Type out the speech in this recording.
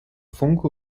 funke